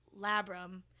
labrum